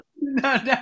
no